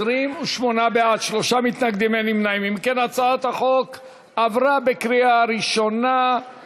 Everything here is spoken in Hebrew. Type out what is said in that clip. את הצעת חוק ההוצאה לפועל (תיקון מס' 52),